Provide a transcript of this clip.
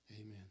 Amen